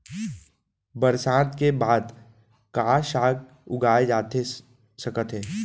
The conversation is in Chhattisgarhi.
बरसात के बाद का का साग उगाए जाथे सकत हे?